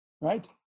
right